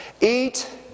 eat